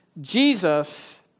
Jesus